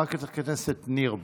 חברת הכנסת ניר,